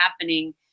happening